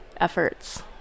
efforts